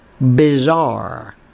bizarre